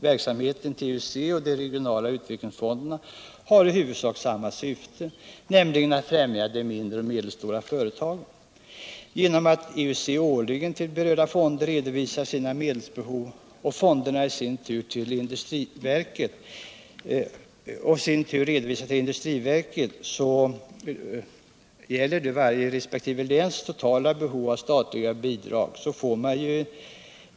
Verksamheten i IUC och de regionala utvecklingsfonderna har i huvudsak samma syfte, nämligen att främja de mindre och medelstora företagen. Genom att IUC årligen till berörda fonder redovisar sina medelsbehov och fonderna i sin tur till industriverket redovisar resp. läns totala behov av statliga bidrag till företagsservice kan man åstadkomma en samordning av vissa åtgärder.